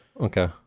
Okay